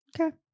Okay